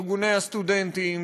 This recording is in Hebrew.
ארגוני הסטודנטים,